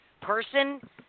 person